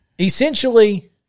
Essentially